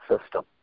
system